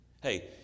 Hey